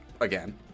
again